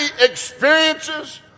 experiences